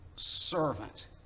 servant